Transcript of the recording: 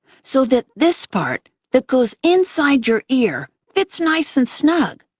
so that this part that goes inside your ear fits nice and snug.